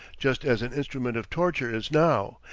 just as an instrument of torture is now,